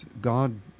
God